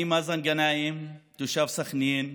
אני מאזן גנאים, תושב סח'נין,